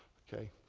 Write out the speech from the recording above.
ok.